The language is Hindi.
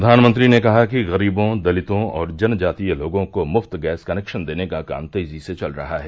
प्रधानमंत्री ने कहा कि गरीबों दलितों और जनजातीय लोगों को मुफ्त गैस कनेक्शन देने का काम तेजी से चल रहा है